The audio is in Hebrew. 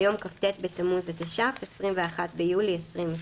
ביום כ"ט בתמוז התש"ף (21 ביולי 2020),